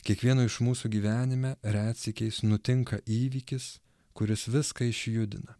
kiekvieno iš mūsų gyvenime retsykiais nutinka įvykis kuris viską išjudina